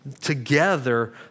together